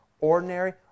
ordinary